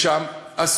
ועשו שם עבודה.